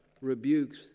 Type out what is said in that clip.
rebukes